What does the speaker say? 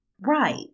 Right